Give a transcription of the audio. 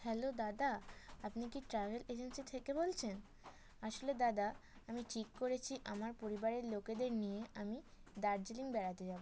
hello দাদা আপনি কি ট্রাভেল এজেন্সি থেকে বলছেন আসলে দাদা আমি ঠিক করেছি আমার পরিবারের লোকেদের নিয়ে আমি দার্জিলিং বেড়াতে যাব